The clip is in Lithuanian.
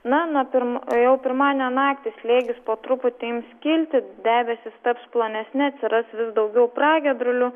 na nuo pirma jau pirmadienio naktį slėgis po truputį ims kilti debesys taps plonesni atsiras vis daugiau pragiedrulių